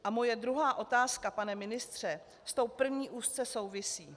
A moje druhá otázka, pane ministře, s tou první úzce souvisí.